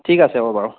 ঠিক আছে হ'ব বাৰু